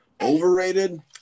overrated